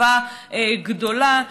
בתקווה גדולה.